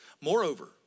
Moreover